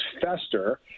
fester